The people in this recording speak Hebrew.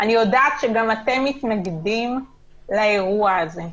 אני יודעת שגם אתם מתנגדים לאירוע הזה.